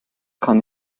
kann